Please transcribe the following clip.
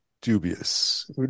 dubious